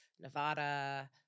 Nevada